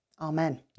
Amen